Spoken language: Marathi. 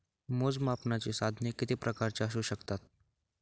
मोजमापनाची साधने किती प्रकारची असू शकतात?